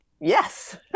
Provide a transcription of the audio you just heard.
Yes